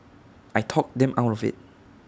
I talked them out of IT